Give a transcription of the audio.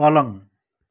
पलङ